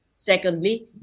Secondly